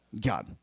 God